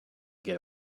get